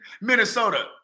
Minnesota